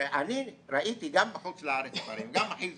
שאני ראיתי גם בחוץ לארץ ספרים, גם אחי ז"ל,